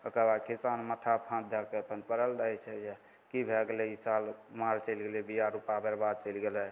ओकर बाद किसान माथापर हाथ दैके अपन पड़ल रहै छै जे कि भै गेलै ई साल मारि चलि गेलै बीआ रुपा बरबाद चलि गेलै